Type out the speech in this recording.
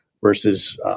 versus